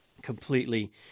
completely